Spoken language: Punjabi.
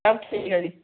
ਸਭ ਠੀਕ ਆ ਜੀ